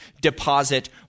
deposit